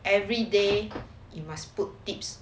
every day you must put tips